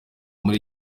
muri